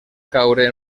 caure